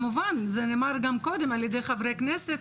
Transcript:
כמובן, זה נאמר גם קודם על ידי חברי כנסת,